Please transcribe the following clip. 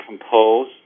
compose